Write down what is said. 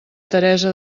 teresa